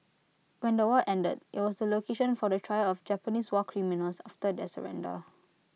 when the war ended IT was the location for the trial of Japanese war criminals after their surrender